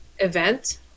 event